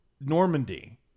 Normandy